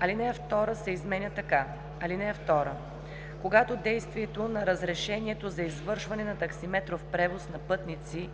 алинея 2 се изменя така: „(2) Когато действието на разрешението за извършване на таксиметров превоз на пътници